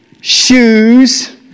shoes